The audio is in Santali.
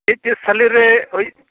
ᱪᱮᱫ ᱪᱮᱫ ᱥᱟᱞᱮ ᱨᱮ ᱦᱩᱭ